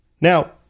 Now